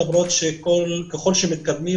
למרות שככל שמתקדמים,